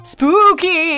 Spooky